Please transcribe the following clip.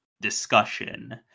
discussion